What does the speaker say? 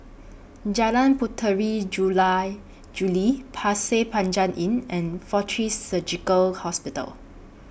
Jalan Puteri Jula Juli Pasir Panjang Inn and Fortis Surgical Hospital